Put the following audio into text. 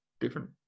different